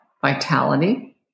vitality